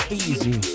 easy